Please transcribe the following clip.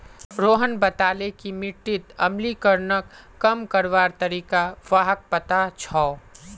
रोहन बताले कि मिट्टीत अम्लीकरणक कम करवार तरीका व्हाक पता छअ